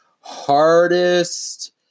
hardest